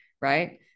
Right